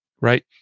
Right